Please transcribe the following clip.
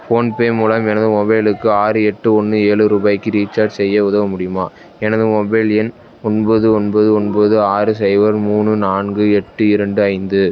PhonePe மூலம் எனது மொபைலுக்கு ஆறு எட்டு ஒன்று ஏலு ரூபாய்க்கு ரீசார்ஜ் செய்ய உதவ முடியுமா எனது மொபைல் எண் ஒன்பது ஒன்பது ஒன்பது ஆறு சைபர் மூணு நான்கு எட்டு இரண்டு ஐந்து